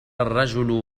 الرجل